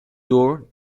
tour